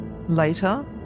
Later